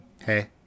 hey